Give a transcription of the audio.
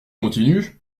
continues